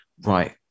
right